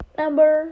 number